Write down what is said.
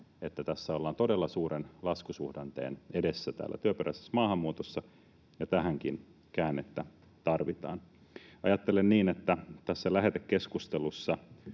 että tässä ollaan todella suuren laskusuhdanteen edessä täällä työperäisessä maahanmuutossa, ja tähänkin käännettä tarvitaan. Ajattelen niin, että tässä lähetekeskustelussa